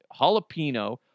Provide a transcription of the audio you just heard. jalapeno